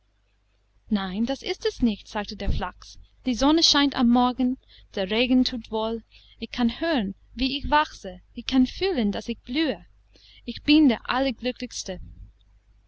nein das ist es nicht sagte der flachs die sonne scheint am morgen der regen thut wohl ich kann hören wie ich wachse ich kann fühlen daß ich blühe ich bin der